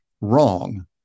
wrong